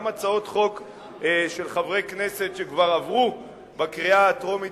גם הצעות חוק של חברי הכנסת שכבר עברו בקריאה הטרומית